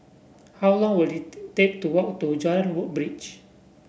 how long will it to take to walk to Jalan Woodbridge